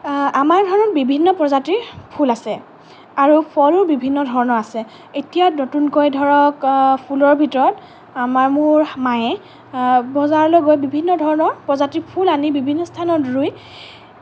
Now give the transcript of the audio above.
আমাৰ ঘৰত বিভিন্ন প্ৰজাতিৰ ফুল আছে আৰু ফলো বিভিন্ন ধৰণৰ আছে এতিয়া নতুনকৈ ধৰক ফুলৰ ভিতৰত আমাৰ মোৰ মায়ে বজাৰলৈ গৈ বিভিন্ন ধৰণৰ প্ৰজাতিৰ ফুল আনি বিভিন্ন স্থানত ৰুই